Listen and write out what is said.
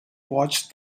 watched